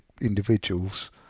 individuals